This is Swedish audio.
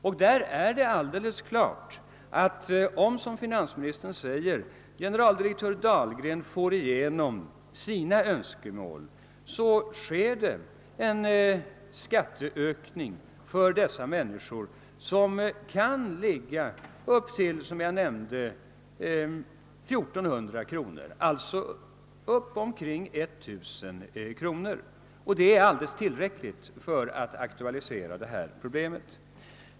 Låt oss hålla oss till villorna. Och om generaldirektör Dahlgren får sina önskemål igenom, som finansministern säger, är det alldeles klart att det blir en skattehöjning för villaägarna på 1000 kronor eller mera, som jag sade tidigare, och det är tillräckligt för att aktualisera detta problem.